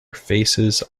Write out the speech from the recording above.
faces